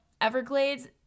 everglades